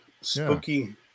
Spooky